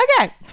Okay